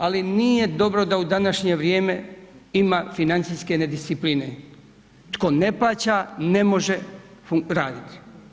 Ali nije dobro da u današnje vrijeme ima financijske nediscipline, tko ne plaća, ne može raditi.